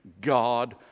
God